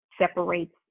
separates